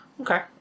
Okay